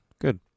Good